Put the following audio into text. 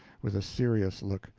with a serious look,